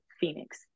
Phoenix